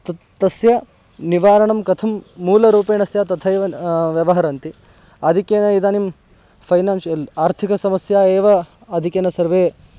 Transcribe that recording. तत् तस्य निवारणं कथं मूलरूपेण स्यात् तथैव व्यवहरन्ति आधिक्येन इदानीं फ़ैनान्शियल् आर्थिकसमस्या एव आधिकेन सर्वे